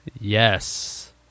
yes